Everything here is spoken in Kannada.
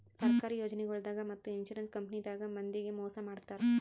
ಸರ್ಕಾರಿ ಯೋಜನಾಗೊಳ್ದಾಗ್ ಮತ್ತ್ ಇನ್ಶೂರೆನ್ಸ್ ಕಂಪನಿದಾಗ್ ಮಂದಿಗ್ ಮೋಸ್ ಮಾಡ್ತರ್